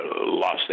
lost